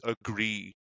agree